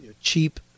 cheap